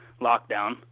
lockdown